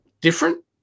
different